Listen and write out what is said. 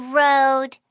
road